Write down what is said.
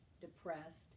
depressed